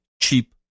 cheap